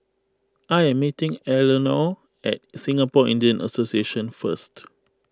I am meeting Eleonore at Singapore Indian Association first